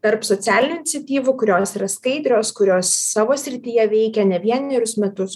tarp socialinių iniciatyvų kurios yra skaidrios kurios savo srityje veikia ne vienerius metus